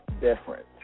Different